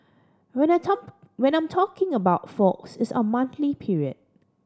what I'm talk what I'm talking about folks is our monthly period